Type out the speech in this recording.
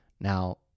Now